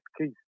case